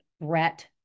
Brett